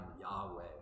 Yahweh